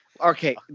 Okay